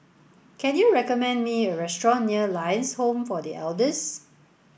can you recommend me a restaurant near Lions Home for The Elders